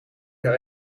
jaar